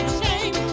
shame